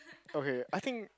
okay I think